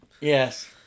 Yes